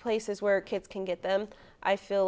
places where kids can get them i feel